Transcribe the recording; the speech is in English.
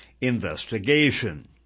investigation